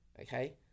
okay